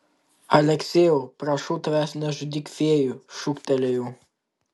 aleksejau prašau tavęs nežudyk fėjų šūktelėjau